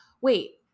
Wait